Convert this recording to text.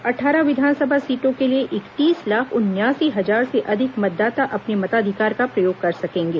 अंट्ठारह विधानसभा सीटों के लिए इकतीस लाख उनयासी हजार से अधिक मतदाता अपने मताधिकार का प्रयोग कर सकेंगे